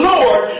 Lord